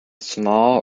small